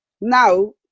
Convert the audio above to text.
Now